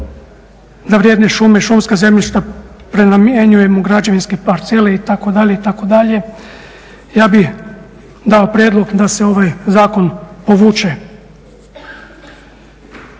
da vrijedne šume i šumska zemljišta prenamijenjujemo u građevinske parcele itd. itd. Ja bi dao prijedlog da se ovaj zakon povuče.